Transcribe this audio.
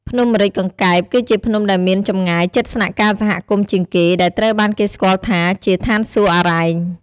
ភ្នំម្រេចកង្កែប គឺជាភ្នំដែលមានចម្ងាយជិតស្នាក់ការសហគមន៍ជាងគេ ដែលត្រូវបានគេស្គាល់ថាជា ឋានសួគ៌អារ៉ែង។